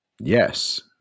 Yes